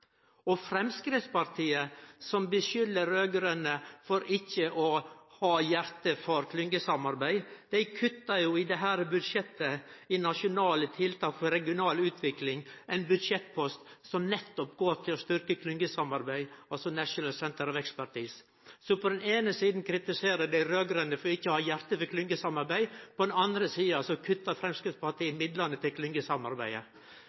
Og Framstegspartiet som skuldar dei raud-grøne for ikkje å ha hjarte for klyngjesamarbeid, kuttar i dette budsjettet i Nasjonale tiltak for regional utvikling – ein budsjettpost som nettopp går til å styrkje klyngesamarbeid, altså National Centre of Expertice. Så på den eine sida kritiserer ein dei raud-grøne for ikkje å ha hjarte for klyngjesamarbeid, og på andre sida kuttar